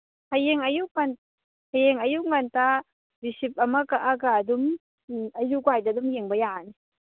ꯍꯌꯦꯡ ꯑꯌꯨꯛ ꯍꯌꯦꯡ ꯑꯌꯨꯛ ꯉꯟꯇꯥ ꯔꯤꯁꯤꯞ ꯑꯃ ꯀꯛꯑꯒ ꯑꯗꯨꯝ ꯑꯌꯨꯛ ꯑꯗꯨꯋꯥꯏꯗ ꯑꯗꯨꯝ ꯌꯦꯡꯕ ꯌꯥꯔꯅꯤ